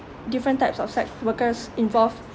different types of sex workers involve